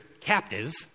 captive